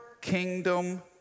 kingdom